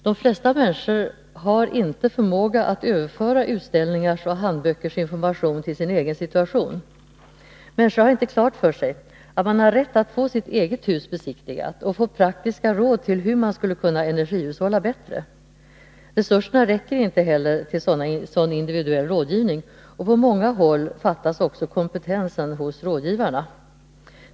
De flesta människor har inte förmåga att överföra utställningars och handböckers information till sin egen situation. Människor har inte klart för sig att de har rätt att få sitt eget hus besiktigat och få praktiska råd om hur de skall kunna energihushålla bättre. Resurserna räcker inte heller till sådan individuell rådgivning, och på många håll fattas också kompetensen hos rådgivarna.